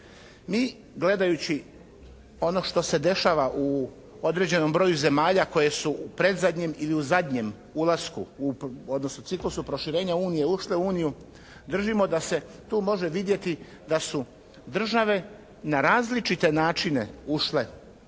Mi gledajući ono što se dešava u određenom broju zemalja koje su u predzadnjem ili zadnjem ulasku odnosno ciklusu proširenja Unije ušle u Uniju držimo da se tu može vidjeti da su države na različite načine ušle u Uniju.